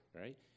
right